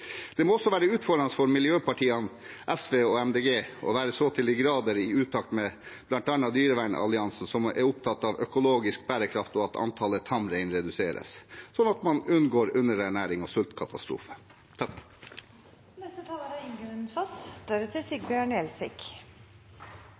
Det må også være utfordrende for miljøpartiene SV og MDG å være så til de grader i utakt med bl.a. Dyrevernalliansen, som er opptatt av økologisk bærekraft og at antallet tamrein reduseres, slik at man unngår underernæring og sultkatastrofe.